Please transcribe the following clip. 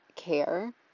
care